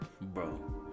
Bro